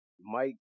Mike